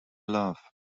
love